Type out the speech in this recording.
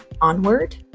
onward